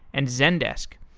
and zendesk.